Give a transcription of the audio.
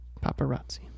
paparazzi